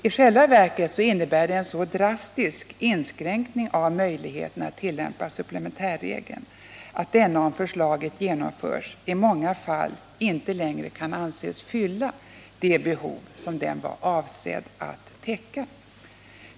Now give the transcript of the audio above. I själva verket innebär det en så drastisk inskränkning av möjligheterna att tillämpa supplementärregeln att denna, om förslaget genomförs, i många fall inte längre kan anses fylla det behov den är avsedd att täcka.